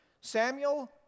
Samuel